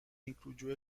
incluyó